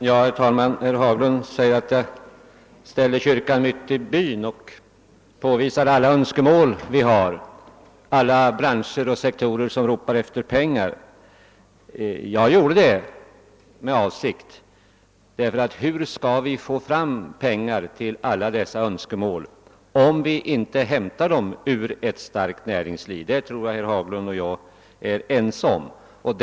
Herr talman! Herr Haglund sade att jag ställer kyrkan mitt i byn och visar på alla önskemålen i olika branscher och sektorer, där man ropar efter pengar. Ja, det gjorde jag med avsikt, ty hur skall vi få fram de pengar som behövs för att tillgodose alla dessa önskemål, om vi inte hämtar dem ur ett starkt näringsliv? På den punkten tror jag att herr Haglund och jag är helt ense.